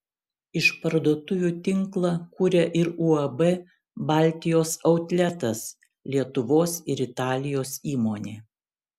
išparduotuvių tinklą kuria ir uab baltijos autletas lietuvos ir italijos įmonė